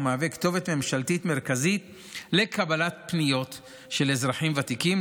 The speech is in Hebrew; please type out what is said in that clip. ומהווה כתובת ממשלתית מרכזית לקבלת פניות של אזרחים ותיקים,